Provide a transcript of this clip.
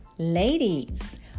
Ladies